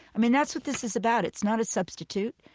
i mean that's what this is about. it's not a substitute.